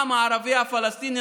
העם הערבי הפלסטיני,